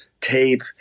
tape